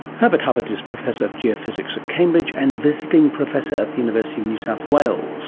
herbert huppert is professor of geophysics at cambridge and visiting professor at the university of new south wales